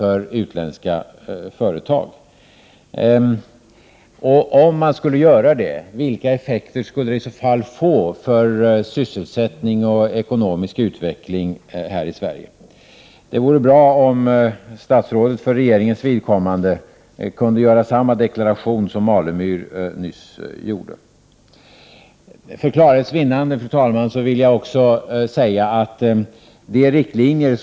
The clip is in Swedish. Om man skulle upprätthålla denna lagstiftning, vilka effekter skulle det i så fall få för sysselsättning och ekonomisk utveckling här i Sverige? Det vore bra om statsrådet för regeringens vidkommande kunde göra samma deklaration som Stig Alemyr nyss gjorde. För klarhets vinnande, fru talman, vill jag säga att majoriteten i utskottet Prot.